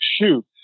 shoot